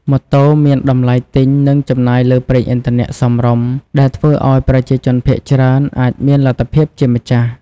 ម៉ូតូមាន តម្លៃទិញ និងចំណាយលើប្រេងឥន្ធនៈ សមរម្យ ដែលធ្វើឱ្យប្រជាជនភាគច្រើនអាចមានលទ្ធភាពជាម្ចាស់ ។